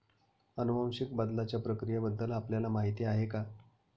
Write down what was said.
अनुवांशिक बदलाच्या प्रक्रियेबद्दल आपल्याला माहिती आहे का?